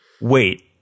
Wait